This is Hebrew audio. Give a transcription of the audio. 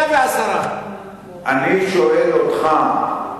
110. אני שואל אותך,